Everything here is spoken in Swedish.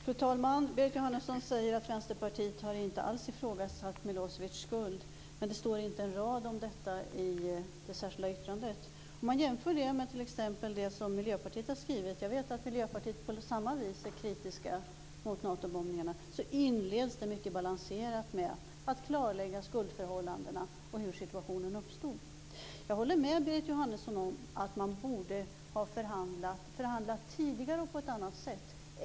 Fru talman! Berit Jóhannesson säger att Vänsterpartiet inte alls har ifrågasatt Milosevics skuld, men det står inte en rad om detta i det särskilda yttrandet. Om man jämför det med det som t.ex. Miljöpartiet har skrivit - jag vet att Miljöpartiet på samma vis är kritiskt mot Natobombningarna - finner man att detta mycket balanserat inleds med att klarlägga skuldförhållandena och hur situationen uppstod. Jag håller med Berit Jóhannesson om att man borde ha förhandlat tidigare och på ett annat sätt.